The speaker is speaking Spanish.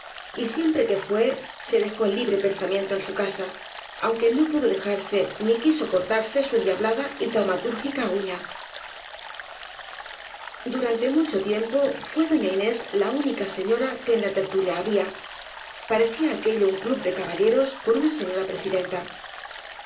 y siempre que fué se dejó el libre pensamiento en su casa aunque no pudo dejarse ni quiso cortarse su endiablada y taumatúrgica uña durante mucho tiempo fué doña inés la única señora que en la tertulia había parecía aquello un club de caballeros con una señora presidenta